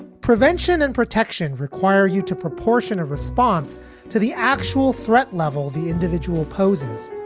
prevention and protection require you to proportionate response to the actual threat level the individual poses.